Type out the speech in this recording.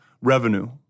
revenue